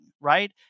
right